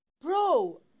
bro